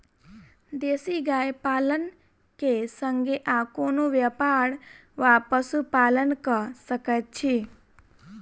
देसी गाय पालन केँ संगे आ कोनों व्यापार वा पशुपालन कऽ सकैत छी?